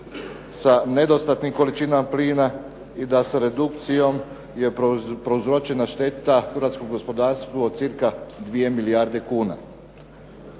sa nedostatnim količinama plina i da redukcijom je prouzročena šteta hrvatskom gospodarstvu od cca 2 milijarde kuna.